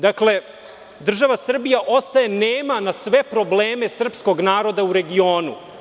Dakle, država Srbija ostaje nema na sve probleme srpskog naroda u regionu.